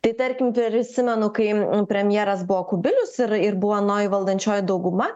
tai tarkim prisimenu kai premjeras buvo kubilius ir ir buvo anoji valdančioji dauguma